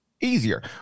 easier